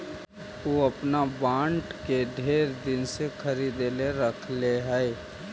ऊ अपन बॉन्ड के ढेर दिन से खरीद के रखले हई